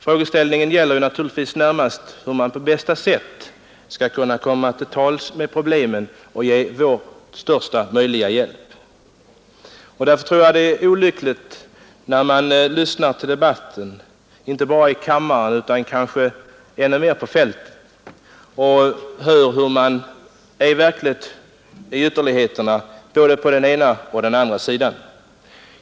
Frågan är endast hur man på bästa sätt skall kunna lösa problemen och ge största möjliga hjälp. Därför tror jag det är olyckligt när man i debatten, inte bara i kammaren utan även och kanske ännu mer på fältet, går till ytterligheter både på den ena och på den andra sidan.